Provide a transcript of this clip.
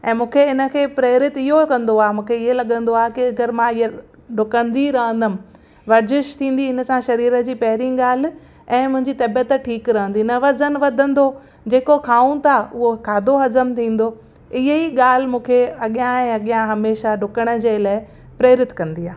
ऐं मुंखे इनखे प्रेरित इहो कंदो आहे मूंखे ईअं लॻंदो आहे की अगरि मां ईअं ॾुकंदी रहंदमि वर्जिश थींदी हिन सां शरीर जी पहिरीं ॻाल्हि ऐं मुंहिंजी तबियतु ठीकु रहंदी न वज़न वधंदो जेको खाऊ था हूअ खाधो हजम थींदो ईअं ई ॻाल्हि मूंखे अॻियां अॻियां हमेशह ॾुकण जे लाइ प्रेरित कंदी आहे